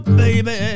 baby